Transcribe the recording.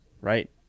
Right